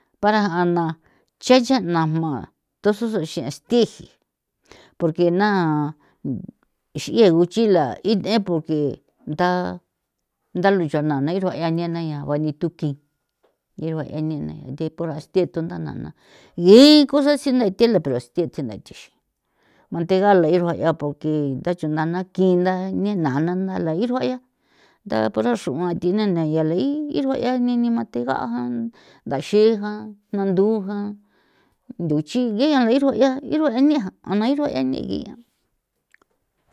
Para a na nche cha'na jma thususuxe sti porque na x'ie guchila ie porque ntha ntha luxana na ixrua 'ian nena ñan bani thukin irue a neni deporaste nthu nthanana gi ko satsina thela poraste thena nthixi manthegala irua 'ia porque ntha chundana kinda nena na nala irua 'ia ntha pura xruan thinana yala irua 'ia nini manthega' nthaxi jan nandu jan ndu chigean irua 'ia ane jan ana irua 'ia nigi.